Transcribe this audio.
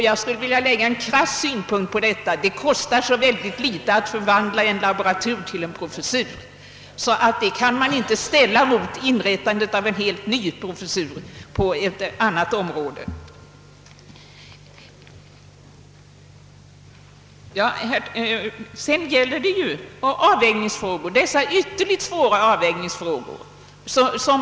Jag skulle också vilja anlägga en krass synpunkt på detta: det kostar så litet att förvandla en laboratur till en professur, att man inte kan ställa den saken mot inrättandet av en helt ny professur på ett annat område. Det är ju här fråga om ytterligt svåra avvägningar.